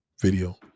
video